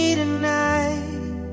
tonight